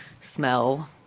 smell